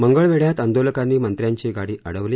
मंगळवेढ्यात आंदोलकांनी मंत्र्यांची गाडी अडवली